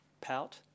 pout